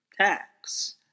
tax